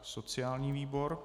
Sociální výbor.